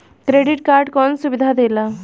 Credit card कौन सुबिधा देला?